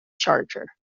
charger